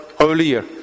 earlier